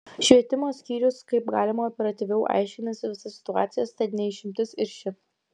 švietimo skyrius kaip galima operatyviau aiškinasi visas situacijas tad ne išimtis ir ši